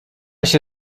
się